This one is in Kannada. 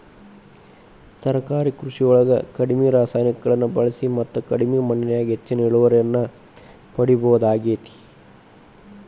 ತರಕಾರಿ ಕೃಷಿಯೊಳಗ ಕಡಿಮಿ ರಾಸಾಯನಿಕಗಳನ್ನ ಬಳಿಸಿ ಮತ್ತ ಕಡಿಮಿ ಮಣ್ಣಿನ್ಯಾಗ ಹೆಚ್ಚಿನ ಇಳುವರಿಯನ್ನ ಪಡಿಬೋದಾಗೇತಿ